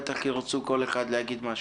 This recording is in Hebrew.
שבטח ירצו כל אחד מהם להגיד משהו.